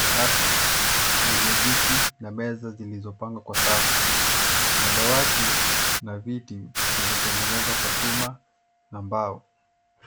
Darasa lenye meza na viti zilizopangwa kwa safu. Madawati na viti vimetengenezwa kwa chuma na mbao.